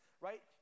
right